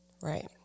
right